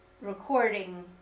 recording